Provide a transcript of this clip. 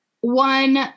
one